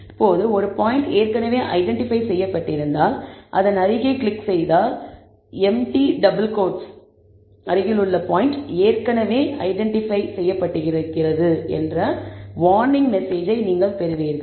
இப்போது ஒரு பாயிண்ட் ஏற்கனவே ஐடென்டிபை செய்யப்பட்டிருந்தால் அதன் அருகே கிளிக் செய்தால் "அருகிலுள்ள பாயிண்ட் ஏற்கனவே ஐடென்டிபை செய்யப்பட்டிருக்கிறது" என்ற வார்னிங் மெசேஜை பெறுவீர்கள்